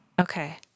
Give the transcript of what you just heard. Okay